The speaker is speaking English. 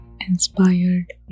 inspired